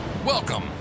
Welcome